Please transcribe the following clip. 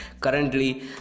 currently